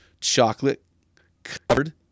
chocolate-covered